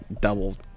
double